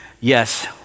Yes